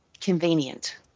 convenient